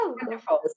Wonderful